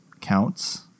counts